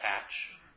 patch